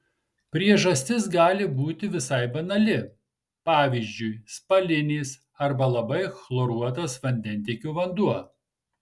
priežastis gali būti visai banali pavyzdžiui spalinės arba labai chloruotas vandentiekio vanduo